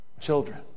Children